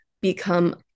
become